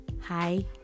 hi